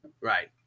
Right